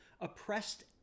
oppressed